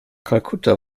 kalkutta